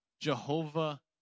Jehovah